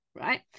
right